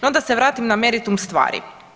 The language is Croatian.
No da se vratim na meritum stvari.